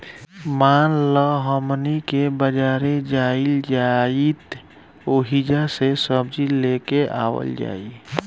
मान ल हमनी के बजारे जाइल जाइत ओहिजा से सब्जी लेके आवल जाई